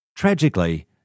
Tragically